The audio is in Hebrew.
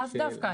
לאו דווקא.